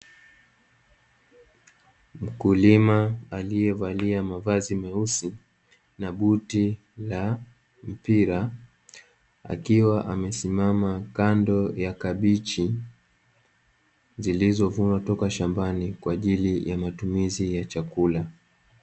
Mkulima aliyevalia mavazi meusi na buti la mpira akiwa amesimama kando ya kabichi, zilizovunwa kutoka shambani kwa ajili ya matumizi ya chakula.